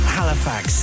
Halifax